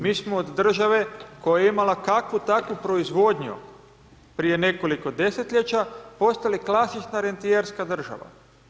Mi smo od države koja je imala kakvu takvu proizvodnju prije nekoliko desetljeća, postali klasična rentijerska država.